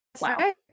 Wow